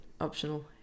optional